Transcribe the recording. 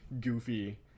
goofy